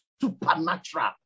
supernatural